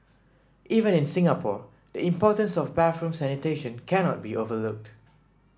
even in Singapore the importance of bathroom sanitation cannot be overlooked